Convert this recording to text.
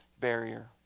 barrier